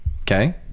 okay